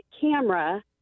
camera